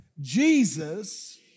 Jesus